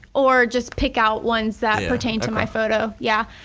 or just pick out ones that pertain to my photo, yeah.